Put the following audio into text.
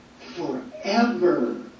forever